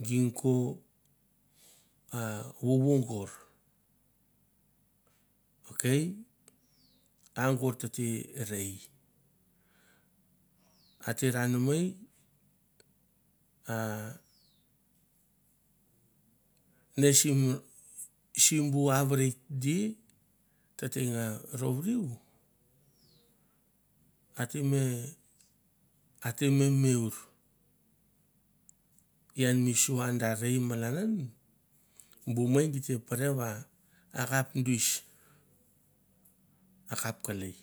Ging ko a vovo gor, ok a gor tete rei, a te rananei a ne sim simbu avert di tete nga rouriu a te me ate memeur ian mi sua da rei malan an bu mei gite pre va a kap duis, akap kelei,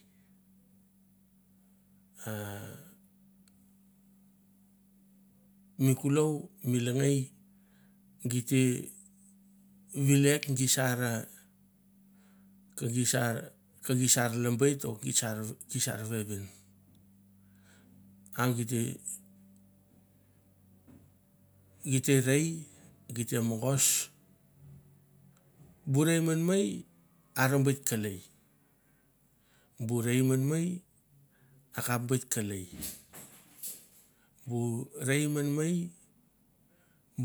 a mi kulou mi lengei git te vile ke gi sar vevin a gite, gite rei, gi te mogos bu rei men mei ara bet kelei, bu rei men mei akap bet kelei bu rei menmei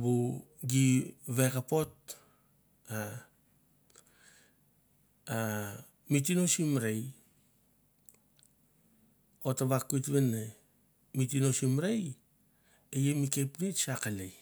bu gi vekapot a a mi tino sim rei, ot vakait ven ne mi tino sim rei e i mi kepnets a kelei.